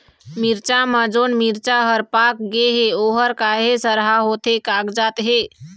मिरचा म जोन मिरचा हर पाक गे हे ओहर काहे सरहा होथे कागजात हे?